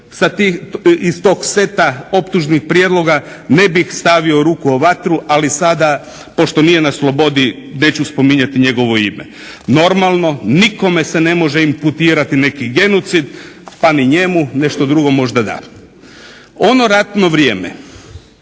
iz tog seta optužnih prijedloga ne bih stavio ruku u vatru ali sada pošto nije na slobodi neću spominjati njegovo ime. Normalno, nikome se ne može imputirati neki genocid pa ni njemu, nešto drugo možda da. Ono ratno vrijeme